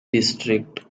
district